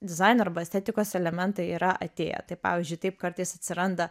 dizaino arba estetikos elementai yra atėję tai pavyzdžiui taip kartais atsiranda